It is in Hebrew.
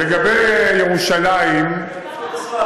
ביישוב, לגבי ירושלים, כבוד השר,